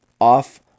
off